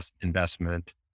investment